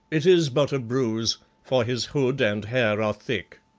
it is but a bruise, for his hood and hair are thick.